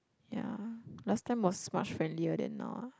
yea last time was much friendlier then now ah